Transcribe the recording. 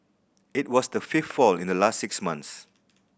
it was the fifth fall in the last six months